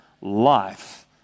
life